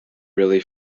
really